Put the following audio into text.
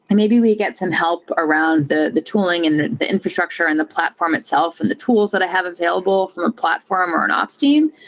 and maybe we get some help around around the tooling and the the infrastructure and the platform itself and the tools that i have available from a platform or an ops team?